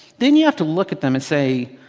then you have to look at them and say,